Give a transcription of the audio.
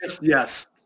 Yes